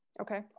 Okay